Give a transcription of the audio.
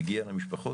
מגיע למשפחות,